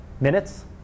minutes